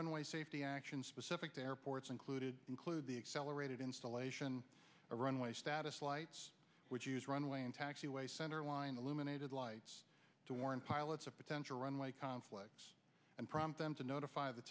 runway safety action specific to airports included include the accelerated installation or runway status lights which use runway and taxiway centerline illuminated lights to warn pilots of potential runway conflicts and prompt them to notify the